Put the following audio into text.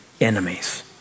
enemies